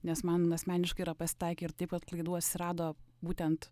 nes man asmeniškai yra pasitaikę ir taip pat klaidų atsirado būtent